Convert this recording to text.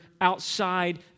outside